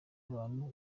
abantu